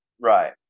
Right